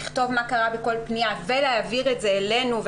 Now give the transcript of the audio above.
לכתוב מה קרה בכל פנייה ולהעביר את זה אלינו,